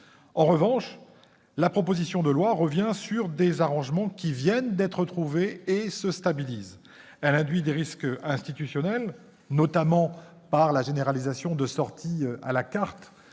En revanche, cette proposition de loi revient sur des arrangements qui viennent d'être trouvés et qui se stabilisent. Elle induit des risques institutionnels, notamment par la généralisation de sortie à la carte